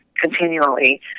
continually